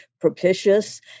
propitious